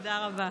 תודה רבה.